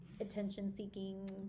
attention-seeking